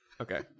Okay